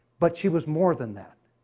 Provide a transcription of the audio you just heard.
but she was more than that.